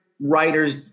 writers